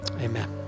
amen